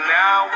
now